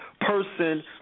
person